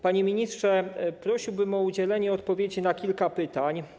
Panie ministrze, prosiłbym o udzielenie odpowiedzi na kilka pytań.